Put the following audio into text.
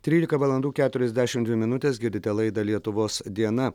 trylika valandų keturiasdešim dvi minutės girdite laidą lietuvos diena